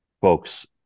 folks